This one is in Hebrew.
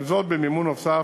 גם זאת במימון נוסף,